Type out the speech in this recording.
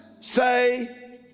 say